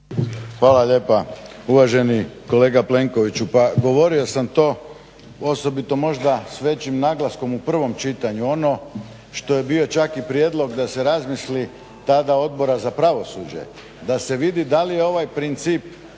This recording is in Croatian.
Hvala lijepa. Uvaženi kolega Plenkoviću, pa govorio sam to osobito možda s većim naglaskom u prvom čitanju. Ono što je bio čak i prijedlog da se razmisli tada Odbora za pravosuđe, da se vidi da li je ovaj princip